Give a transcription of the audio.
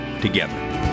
together